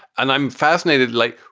and i'm fascinated, like,